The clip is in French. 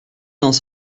dans